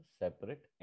separate